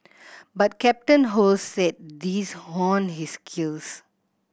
but Captain Ho said these honed his skills